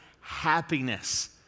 happiness